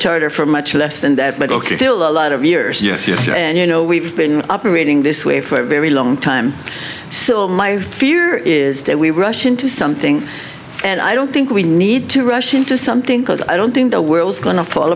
charter for much less than that but it's still a lot of years in a future and you know we've been operating this way for a very long time so my fear is that we rush into something and i don't think we need to rush into something because i don't think the world's going to fall